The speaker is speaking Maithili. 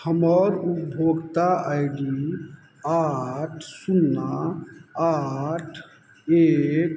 हमर उपभोक्ता आइ डी आठ शून्ना आठ एक